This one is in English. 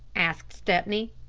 asked stepney.